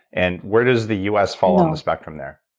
and where does the u s. fall in the spectrum there?